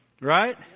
Right